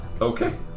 Okay